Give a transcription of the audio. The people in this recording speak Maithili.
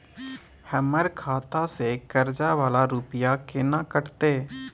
हमर खाता से कर्जा वाला रुपिया केना कटते?